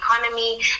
economy